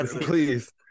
please